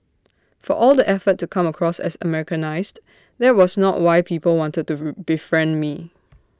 for all the effort to come across as Americanised that was not why people wanted to befriend me